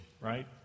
Right